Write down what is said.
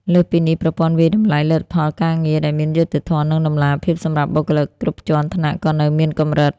លើសពីនេះ ប្រព័ន្ធវាយតម្លៃលទ្ធផលការងារ ដែលមានយុត្តិធម៌ និងតម្លាភាព សម្រាប់បុគ្គលិកគ្រប់ជាន់ថ្នាក់ក៏នៅមានកម្រិត។